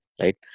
right